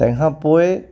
तंहिं खां पोइ